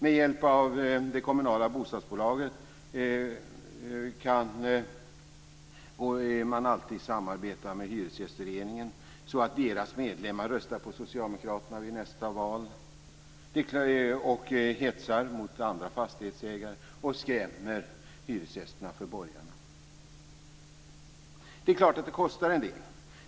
Med hjälp av det kommunala bostadsbolaget går det alltid att samarbeta med hyresgästföreningen så att dess medlemmar röstar på Socialdemokraterna i nästa val, hetsar mot andra fastighetsägare och skrämmer hyresgästerna för borgarna. Det är klart att det kostar en del.